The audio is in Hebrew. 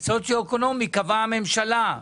מצב סוציו-אקונומי קבעה הממשלה,